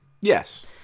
Yes